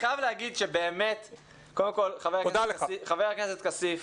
חבר הכנסת כסיף,